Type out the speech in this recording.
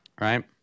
right